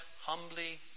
humbly